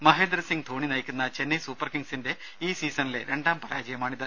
മഹേന്ദ്ര സിങ് ധോണി നയിക്കുന്ന ചെന്നൈ സൂപ്പർ കിങ്സിന്റെ ഈ സീസണിലെ രണ്ടാം പരാജയമാണിത്